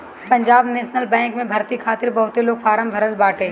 Punjab National Bank में भर्ती खातिर बहुते लोग फारम भरले बाटे